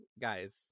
guys